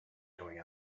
going